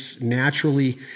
naturally